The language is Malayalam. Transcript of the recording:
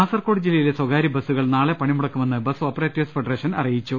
കാസർകോട് ജില്ലയിലെ സ്ഥകാര്യ ബസ്സുകൾ നാളെ പണിമുട ക്കുമെന്ന് ബസ് ഓപ്പറേറ്റേഴ്സ് ഫെഡറേഷൻ അറിയിച്ചു